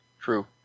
True